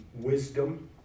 wisdom